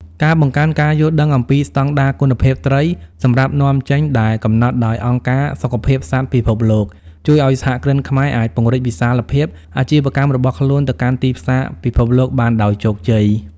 ការបង្កើនការយល់ដឹងអំពីស្តង់ដារគុណភាពត្រីសម្រាប់នាំចេញដែលកំណត់ដោយអង្គការសុខភាពសត្វពិភពលោក ជួយឱ្យសហគ្រិនខ្មែរអាចពង្រីកវិសាលភាពអាជីវកម្មរបស់ខ្លួនទៅកាន់ទីផ្សារពិភពលោកបានដោយជោគជ័យ។